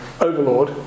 overlord